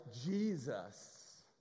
Jesus